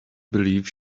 believe